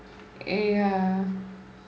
ya